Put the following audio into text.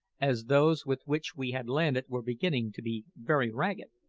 as those with which we had landed were beginning to be very ragged.